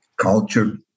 culture